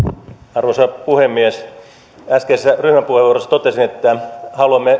arvoisa puhemies äskeisessä ryhmäpuheenvuorossa totesin että me sosialidemokraatit haluamme